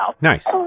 Nice